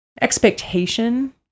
expectation